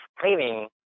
cleaning